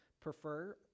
prefer